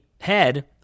head